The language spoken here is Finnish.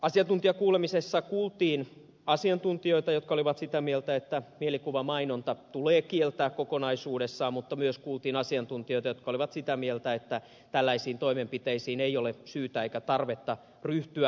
asiantuntijakuulemisessa kuultiin asiantuntijoita jotka olivat sitä mieltä että mielikuvamainonta tulee kieltää kokonaisuudessaan mutta myös kuultiin asiantuntijoita jotka olivat sitä mieltä että tällaisiin toimenpiteisiin ei ole syytä eikä tarvetta ryhtyä